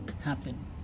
happen